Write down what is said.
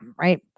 right